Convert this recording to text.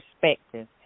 perspective